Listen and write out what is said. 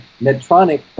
Medtronic